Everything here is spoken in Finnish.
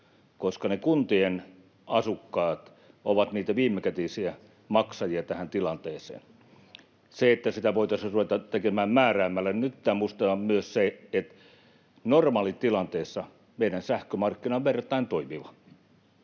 koska kuntien asukkaat ovat niitä viimekätisiä maksajia tähän tilanteeseen. Mitä tulee siihen, että sitä voitaisiin ruveta tekemään määräämällä, niin nyt pitää muistaa myös se, että normaalitilanteessa meidän sähkömarkkina on verrattain toimiva.